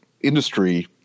industry